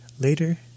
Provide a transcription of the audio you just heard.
later